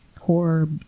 horror